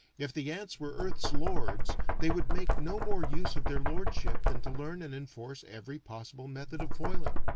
if the ants were earth's lords they would make no more use of their lordship than to learn and enforce every possible method of foiling.